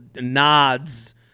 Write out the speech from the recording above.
nods